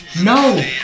No